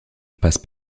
passe